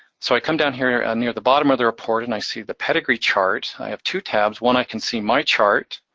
so i come down here, i'm and near the bottom of the report, and i see the pedigree chart. i have two tabs one, i can see my chart